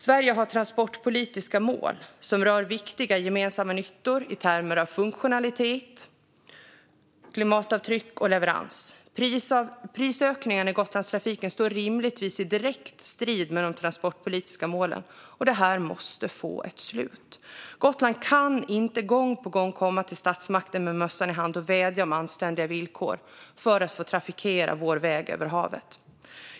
Sverige har transportpolitiska mål som rör viktiga gemensamma nyttor i termer av funktionalitet, klimatavtryck och leverans. Prisökningarna i Gotlandstrafiken står rimligtvis i direkt strid med de transportpolitiska målen, och det måste få ett slut. Gotland kan inte gång på gång komma till statsmakten med mössan i hand och vädja om anständiga villkor för att få trafikera vår väg över havet.